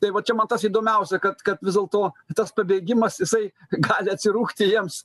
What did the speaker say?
tai va čia man tas įdomiausia kad kad vis dėlto tas pabėgimas jisai gali atsirūgti jiems